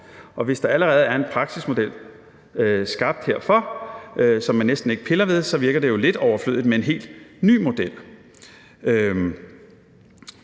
og hvis der allerede er en praksismodel skabt herfor, som man næsten ikke piller ved, så virker det jo lidt overflødigt med en helt ny model.